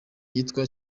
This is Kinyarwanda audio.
yitwa